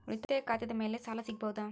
ಉಳಿತಾಯ ಖಾತೆದ ಮ್ಯಾಲೆ ಸಾಲ ಸಿಗಬಹುದಾ?